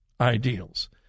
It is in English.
ideals